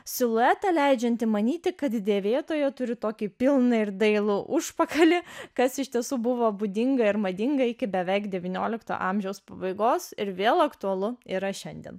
siluetą leidžianti manyti kad dėvėtojo turi tokį pilną ir dailų užpakalį kas iš tiesų buvo būdinga ir madinga iki beveik devyniolikto amžiaus pabaigos ir vėl aktualu yra šiandien